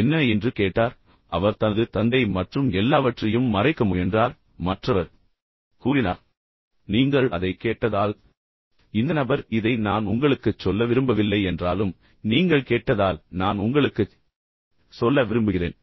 என்ன என்று கேட்டார் அவர் உண்மையில் தனது தந்தை மற்றும் எல்லாவற்றையும் மறைக்க முயன்றார் ஆனால் மற்றவர் கூறினார் எனவே அது எதுவாக இருந்தாலும் நீங்கள் அதைக் கேட்டதால் இந்த நபர் இதை நான் உங்களுக்குச் சொல்ல விரும்பவில்லை என்றாலும் நீங்கள் கேட்டதால் நான் உங்களுக்குச் சொல்ல விரும்புகிறேன்